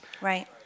Right